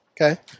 Okay